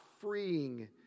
freeing